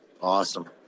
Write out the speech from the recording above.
Awesome